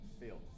Field